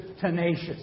tenacious